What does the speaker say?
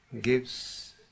gives